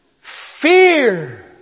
fear